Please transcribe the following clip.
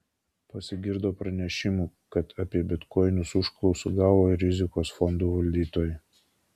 pasigirdo pranešimų kad apie bitkoinus užklausų gavo ir rizikos fondų valdytojai